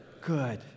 good